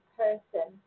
person